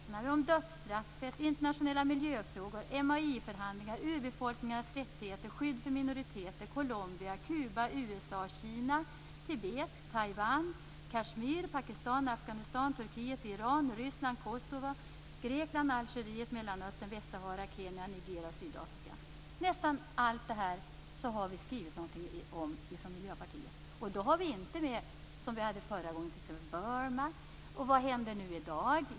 Vi har avsnitt om dödsstraffet, internationella miljöfrågor, MAI-förhandlingar, urbefolkningarnas rättigheter, skydd för minoriteter, Colombia, Kuba, Sydafrika. Nästan allt detta har Miljöpartiet skrivit något om. Vi har inte, som förra gången, med Burma. Vad händer i dag?